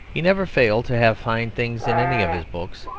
he never failed to have fine things in any of his books,